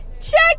Check